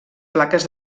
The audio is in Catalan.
plaques